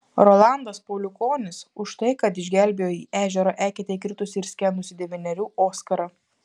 rolandas pauliukonis už tai kad išgelbėjo į ežero eketę įkritusį ir skendusį devynerių oskarą